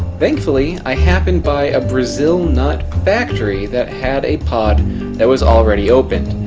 thankfully i happened by a brazil nut factory that had a pod that was already opened.